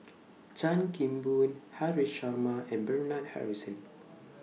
Chan Kim Boon Haresh Sharma and Bernard Harrison